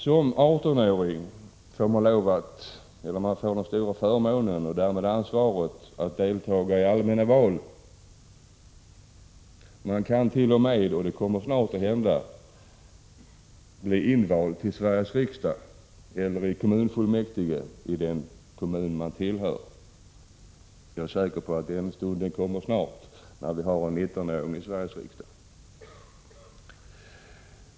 Som 18-åring får man den stora förmånen och det därmed följande ansvaret att delta i och t.o.m. ställa upp i allmänna val, så att man kan bli invald till Sveriges riksdag eller till kommunfullmäktige i sin hemkommun. Jag är säker på att den stunden snart kommer när vi har en 19-åring i Sveriges riksdag.